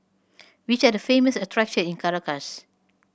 which are the famous attraction in Caracas